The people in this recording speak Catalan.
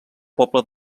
poble